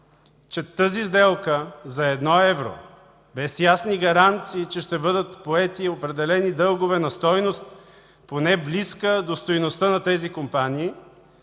че тази сделка за едно евро без ясни гаранции, че ще бъдат поети и определени дългове на стойност поне близка до стойността на тези компании,